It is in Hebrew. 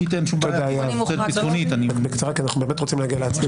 תודה יואב רק בקצרה כי אנחנו באמת רוצים להגיע להצבעה.